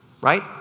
right